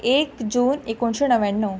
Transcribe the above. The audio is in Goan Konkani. एक जून एकोणशें णव्याण्णव